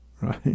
right